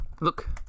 Look